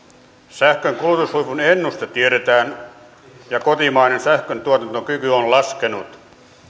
sähkön kulutushuipun ennuste tiedetään ja kotimaisen sähkön tuotantokyky on laskenut